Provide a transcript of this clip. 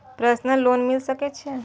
Personal loan मिल सके छे?